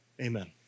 Amen